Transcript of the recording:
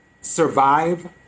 survive